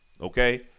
Okay